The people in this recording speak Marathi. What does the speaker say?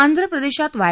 आंध्रप्रदेशात वाय